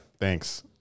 Thanks